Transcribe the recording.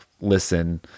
listen